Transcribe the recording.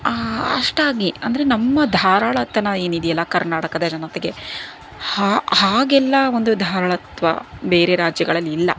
ಅಷ್ಟಾಗಿ ಅಂದರೆ ನಮ್ಮ ಧಾರಾಳತನ ಏನಿದೆಯಲ್ಲ ಕರ್ನಾಟಕದ ಜನತೆಗೆ ಹಾಗೆಲ್ಲ ಒಂದು ಧಾರಳತ್ವ ಬೇರೆ ರಾಜ್ಯಗಳಲ್ಲಿ ಇಲ್ಲ